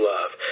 Love